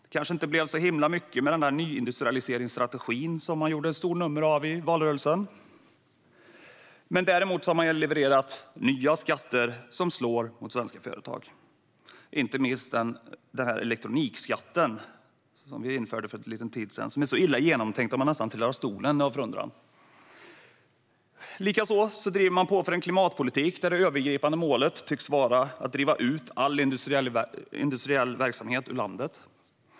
Det kanske inte blev så himla mycket med den nyindustrialiseringsstrategi som man gjorde ett stort nummer av i valrörelsen. Däremot har man levererat nya skatter som slår mot svenska företag, inte minst elektronikskatten som infördes för en tid sedan och som är så illa genomtänkt att man nästan trillar av stolen av förundran. Likaså driver man på för en klimatpolitik där det övergripande målet tycks vara att driva ut all industriell verksamhet ur landet.